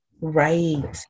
Right